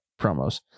promos